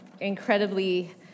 incredibly